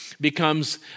becomes